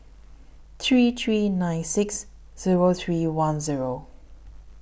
three three nine six Zero three one Zero